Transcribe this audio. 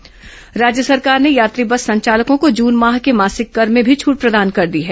बस संचालक मासिक कर छूट राज्य सरकार ने यात्री बस संचालकों को जून माह के मासिक कर में भी छूट प्रदान कर दी है